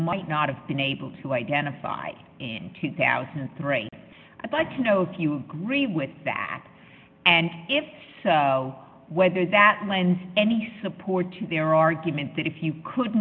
might not have been able to identify in two thousand and three i'd like to know if you agree with that and if so whether that lends any support to their argument that if you could